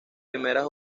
primeras